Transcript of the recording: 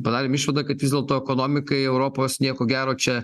padarėm išvadą kad vis dėlto ekonomikai europos nieko gero čia